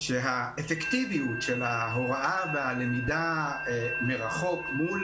שהאפקטיביות של ההוראה והלמידה מרחוק מול